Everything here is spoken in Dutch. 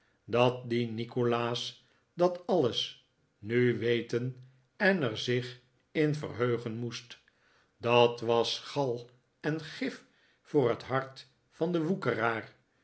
dat die nikolaas dat alles nu weten en er zich in verheugen moest dat was gal en gif voor het hart van den